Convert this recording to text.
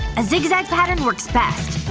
a zig-zag pattern works best.